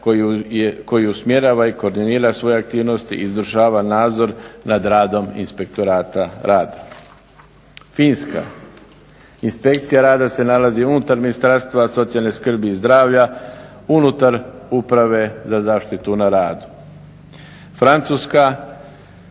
koji usmjerava i koordinira svoje aktivnosti i izvršava nadzor nad radom inspektorata rada. Finska, inspekcija rada se nalazi unutar Ministarstva socijalne skrbi i zdravlja unutar Uprave za zaštitu na radu. Francuska,